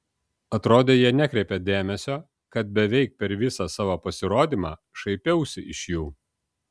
atrodė jie nekreipia dėmesio kad beveik per visą savo pasirodymą šaipiausi iš jų